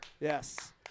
Yes